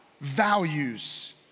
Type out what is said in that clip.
values